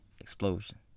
explosion